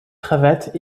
cravates